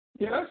Yes